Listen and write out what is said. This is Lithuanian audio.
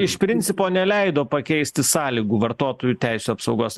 iš principo neleido pakeisti sąlygų vartotojų teisių apsaugos